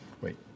Wait